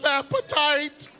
appetite